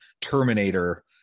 Terminator